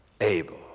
Abel